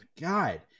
God